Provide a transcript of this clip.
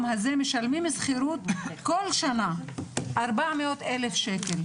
הזה והם משלמים שכירות כל שנה 400,000 ₪.